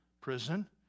prison